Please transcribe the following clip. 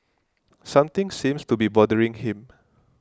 something seems to be bothering him